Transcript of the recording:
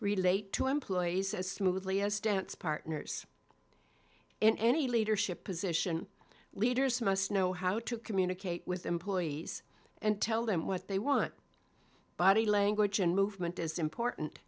relate to employees as smoothly as dance partners in any leadership position leaders must know how to communicate with employees and tell them what they want body language and movement as important